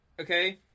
okay